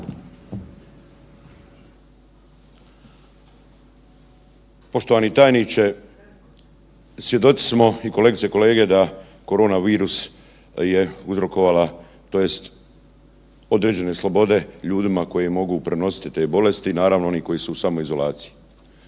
Poštovani tajniče, svjedoci smo i kolegice i kolege da koronavirus je uzrokovala tj. određene slobode ljudima koji mogu prenositi te bolesti, naravno oni koji su u samoizolaciji.